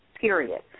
period